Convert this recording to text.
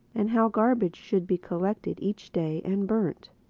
and how garbage should be collected each day and burnt.